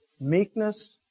meekness